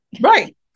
Right